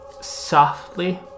softly